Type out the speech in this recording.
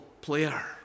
player